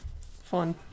fun